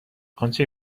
آنچه